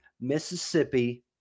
Mississippi